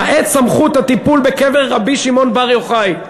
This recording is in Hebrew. למעט סמכות הטיפול בקבר רבי שמעון בר יוחאי.